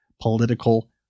political